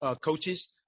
coaches